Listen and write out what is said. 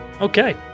okay